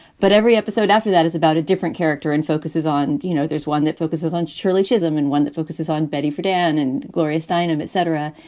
but every episode after that is about a different character and focuses on, you know, there's one that focuses on shirley chisholm and one that focuses on betty friedan and gloria steinem, etc.